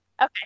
Okay